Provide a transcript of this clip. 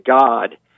God